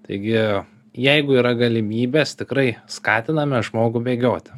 taigi jeigu yra galimybės tikrai skatiname žmogų bėgioti